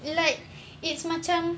it like it's macam